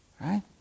Right